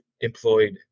employed